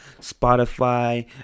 Spotify